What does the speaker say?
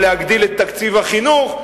או להגדיל את תקציב החינוך.